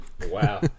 Wow